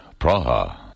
Praha